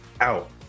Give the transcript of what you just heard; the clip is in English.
out